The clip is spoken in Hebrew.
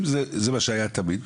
אם זה מה שהיה תמיד,